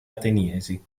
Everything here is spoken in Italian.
ateniesi